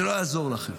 זה לא יעזור לכם,